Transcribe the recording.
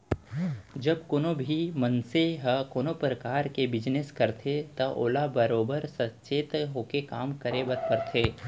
जब कोनों भी मनसे ह कोनों परकार के बिजनेस करथे त ओला बरोबर सचेत होके काम करे बर परथे